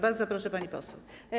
Bardzo proszę, pani poseł.